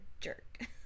jerk